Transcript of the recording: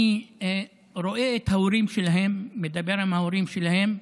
אני רואה את ההורים שלהם, מדבר עם ההורים שלהם,